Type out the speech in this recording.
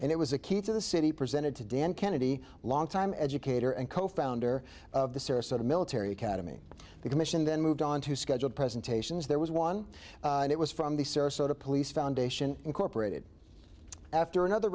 and it was a key to the city presented to dan kennedy longtime educator and co founder of the sarasota military academy the commission then moved on to scheduled presentations there was one and it was from the sarasota police foundation incorporated after another